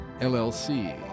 LLC